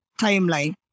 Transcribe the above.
timeline